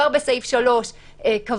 כבר בסעיף 3 קבוע